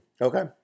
Okay